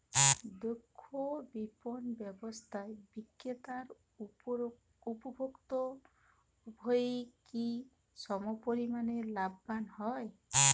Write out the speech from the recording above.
দক্ষ বিপণন ব্যবস্থায় বিক্রেতা ও উপভোক্ত উভয়ই কি সমপরিমাণ লাভবান হয়?